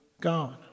God